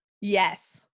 Yes